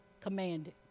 commanded